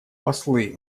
послы